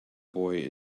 boy